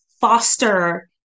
foster